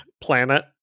Planet